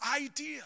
idea